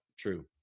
True